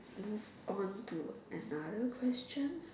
move on to another question